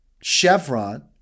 Chevron